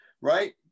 right